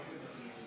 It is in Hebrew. וקבוצת